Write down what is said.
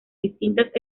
distintas